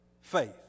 faith